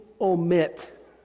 omit